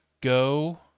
go